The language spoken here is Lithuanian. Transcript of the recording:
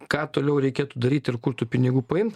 ką toliau reikėtų daryti ir kur tų pinigų paimt